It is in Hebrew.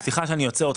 סליחה שאני עוצר אותך.